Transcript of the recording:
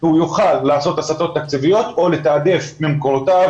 הוא יוכל לעשות הסטות או לתעדף ממקורותיו